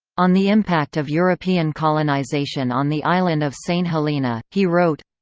on the impact of european colonisation on the island of saint helena, he wrote